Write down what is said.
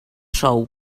sou